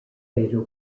fatal